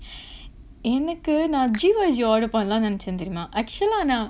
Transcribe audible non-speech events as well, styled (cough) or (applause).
(breath) எனக்கு நா:enakku naa G_Y_G order பன்லானு நெனச்சேன் தெரியிமா:panlaanu nenachaen theriyimaa actually lah now